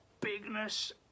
bigness